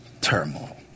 turmoil